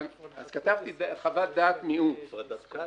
אז כתבתי בחוות דעת מיעוט: הפרדת כאל.